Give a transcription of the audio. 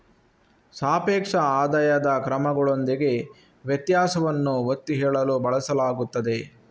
ಸಾಪೇಕ್ಷ ಆದಾಯದ ಕ್ರಮಗಳೊಂದಿಗೆ ವ್ಯತ್ಯಾಸವನ್ನು ಒತ್ತಿ ಹೇಳಲು ಬಳಸಲಾಗುತ್ತದೆ